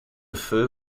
feu